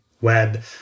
web